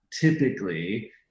typically